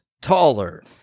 taller